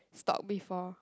stalk before